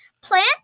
Plant